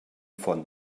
font